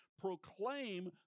proclaim